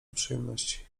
przyjemności